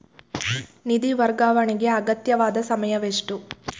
ನಿಧಿ ವರ್ಗಾವಣೆಗೆ ಅಗತ್ಯವಾದ ಸಮಯವೆಷ್ಟು?